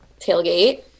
tailgate